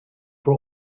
for